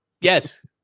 Yes